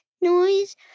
noise